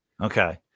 Okay